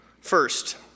First